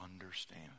understand